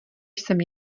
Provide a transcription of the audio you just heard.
jsem